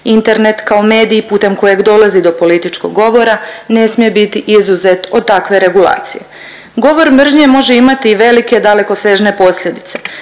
Internat kao mediji putem kojeg dolazi do političkog govora ne smije biti izuzet od takve regulacije. Govor mržnje može imati i velike dalekosežne posljedice.